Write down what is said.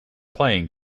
playing